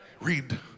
Read